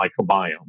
microbiome